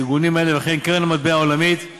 ארגונים אלה, וכן קרן המטבע העולמית, IMF,